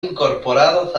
incorporados